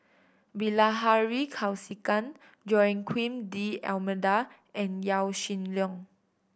Bilahari Kausikan Joaquim D'Almeida and Yaw Shin Leong